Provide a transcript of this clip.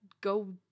go